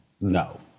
No